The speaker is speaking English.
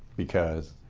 because?